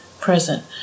present